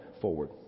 forward